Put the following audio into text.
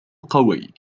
قوي